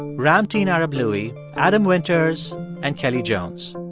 ramtin arablouei, adam winters and kelly jones.